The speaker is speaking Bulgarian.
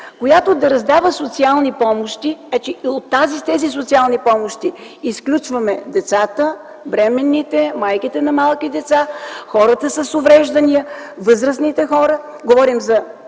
която да раздава социални помощи, от тези социални помощи изключваме: децата, бременните, майките на малки деца, хората с увреждания, възрастните хора, говорим за